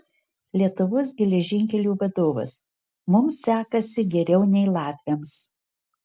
lietuvos geležinkelių vadovas mums sekasi geriau nei latviams